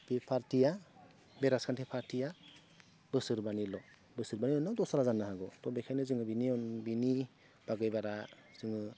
बे पार्टिया बे राजखान्थि पार्टिया बोसोरबानिल' बोसोरबानि उनाव दस्राबो जानो हागौ त' बेनिखायनो जोङो बेनि अनगा बिनि बागै बारा जोङो